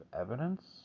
evidence